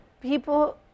people